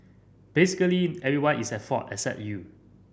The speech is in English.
basically everyone is at fault except you